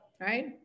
right